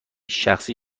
شخصی